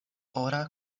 ora